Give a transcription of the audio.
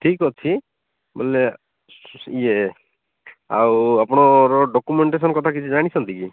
ଠିକ୍ ଅଛି ବୋଇଲେ ଇଏ ଆଉ ଆପଣଙ୍କର ଡକ୍ୟୁମେଣ୍ଟେସନ୍ କଥା କିଛି ଜାଣିଛନ୍ତି କି